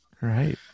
Right